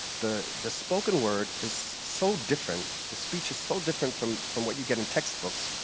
the the spoken word is so different, the speech is so different from from what you get in textbooks,